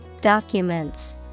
Documents